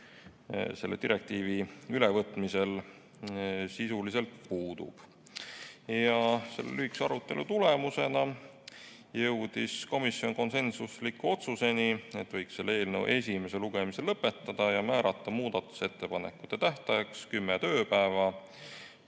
selle direktiivi ülevõtmise korral sisuliselt puudub. Selle lühikese arutelu tulemusena jõudis komisjon konsensuslikule otsusele, et võiks selle eelnõu esimese lugemise lõpetada ja määrata muudatusettepanekute tähtajaks kümme tööpäeva,